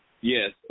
Yes